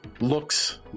looks